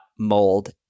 mold